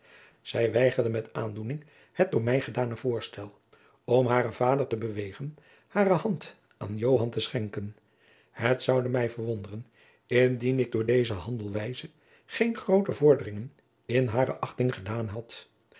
zij weigerde met aandoening het door mij gedane voorstel om haren vader te bewegen hare hand aan joan te schenken het zoude mij verwonderen indien ik door deze handelwijze geene groote vorderingen in hare achting gedaan had